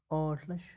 ٲٹھ لَچھ